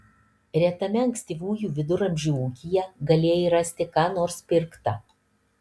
retame ankstyvųjų viduramžių ūkyje galėjai rasti ką nors pirkta